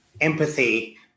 empathy